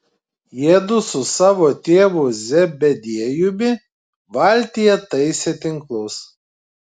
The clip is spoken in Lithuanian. jiedu su savo tėvu zebediejumi valtyje taisė tinklus